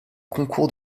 concours